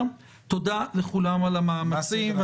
תודה לכולם על המאמצים.